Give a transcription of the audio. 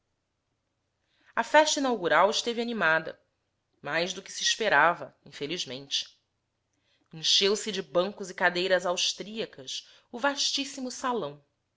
a festa inaugural esteve animada mais do que se esperava infelizmente encheu-se de bancos e cadeiras austríacas o vastíssimo salão